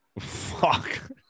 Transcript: fuck